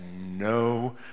no